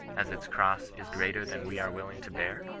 as its cross is greater than we are willing to bear